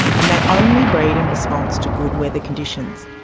and they only breed in response to good weather conditions.